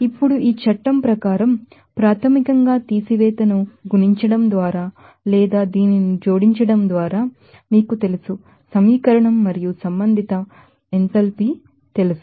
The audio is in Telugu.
ఇప్పుడు ఈ చట్టం ప్రకారం ప్రాథమికంగా తీసివేతను గుణించడం ద్వారా లేదా దీనిని జోడించడం ద్వారాసమీకరణం మరియు సంబంధిత మీకు ఎంథాల్పీస్ తెలుసు